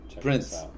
Prince